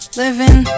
living